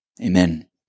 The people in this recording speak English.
amen